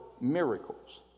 miracles